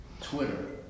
Twitter